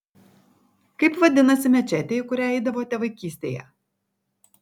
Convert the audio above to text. kaip vadinasi mečetė į kurią eidavote vaikystėje